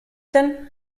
denn